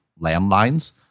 landlines